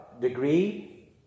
degree